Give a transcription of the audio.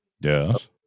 Yes